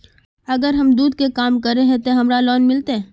अगर हम दूध के काम करे है ते हमरा लोन मिलते?